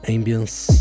Ambience